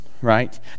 right